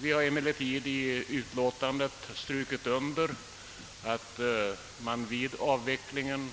Vi har emellertid i utlåtandet understrukit att man vid avvecklingen